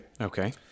Okay